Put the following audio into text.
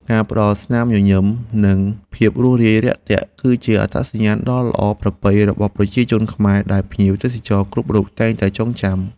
ការផ្តល់ស្នាមញញឹម និងភាពរួសរាយរាក់ទាក់ គឺជាអត្តសញ្ញាណដ៏ល្អប្រពៃរបស់ប្រជាជនខ្មែរដែលភ្ញៀវទេសចរគ្រប់រូបតែងតែចងចាំ។